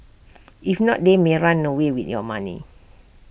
if not they may run away with your money